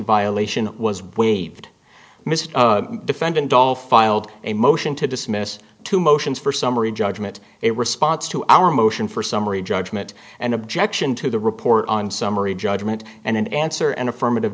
violation was waived mr defendant all filed a motion to dismiss two motions for summary judgment a response to our motion for summary judgment and objection to the report on summary judgment and in answer an affirmative